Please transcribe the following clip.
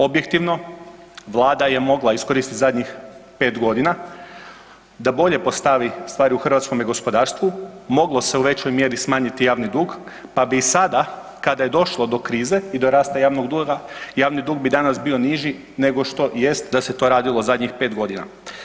Objektivno Vlada je mogla iskoristiti zadnjih pet godina da bolje postavi stvari u hrvatskome gospodarstvu, moglo se u većoj mjeri smanjiti javni dug pa bi i sada kada je došlo do krize i rasta javnog duga javni dug bi danas bio niži nego što jest nego što jest da se to radilo zadnjih pet godina.